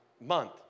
month